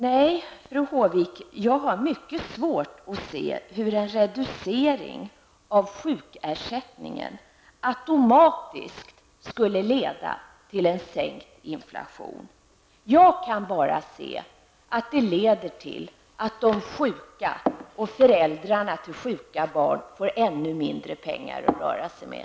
Nej, fru Håvik, jag har mycket svårt att se hur en reducering av sjukersättningen automatiskt skulle leda till en sänkt inflation. Jag kan bara se att den leder till att de sjuka och föräldrarna till sjuka barn får ännu mindre pengar att röra sig med.